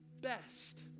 best